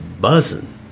buzzing